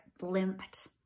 limped